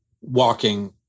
walking